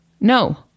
no